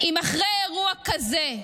אם אחרי אירוע כזה,